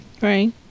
Right